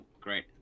great